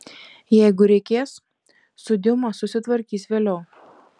jeigu reikės su diuma susitvarkys vėliau